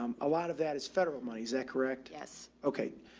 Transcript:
um a lot of that is federal money. is that correct? yes. okay.